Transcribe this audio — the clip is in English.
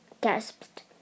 gasped